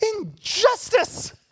Injustice